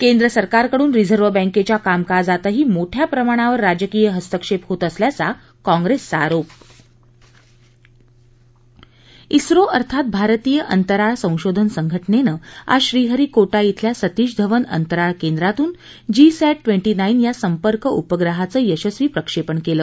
केंद्र सरकारकडून रिझर्व्ह बँकेच्या कामकाजातही मोठया प्रमाणावर राजकीय हस्तक्षेप होत असल्याचा काँप्रेसचा आरोप ्झो अर्थात भारतीय अंतराळ संशोधन संघटनेनं आज श्रीहरीकोटा धिल्या सतीश धवन अंतराळ केंद्रातून जी सॅट ट्वेंटी नाईन या संपर्क उपग्रहाचं यशस्वी प्रक्षेपण केलं